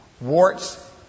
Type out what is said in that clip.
warts